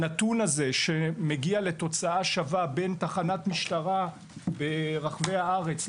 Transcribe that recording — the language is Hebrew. הנתון הזה שמגיע לתוצאה שווה בין תחנת משטרה ברחבי הארץ,